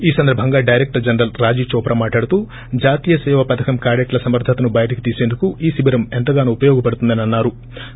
ఈ సందర్బంగా director general Rajiv Chopra మాట్లాడుతూ జాతీయ సేవా పథకం క్యాడెట్ల సమర్గతను బయటకు తీసందుకు ఈ శిబిరం ఎంతగానో ఉపయోగపడుతుందని అన్నారు